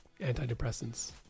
antidepressants